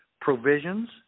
provisions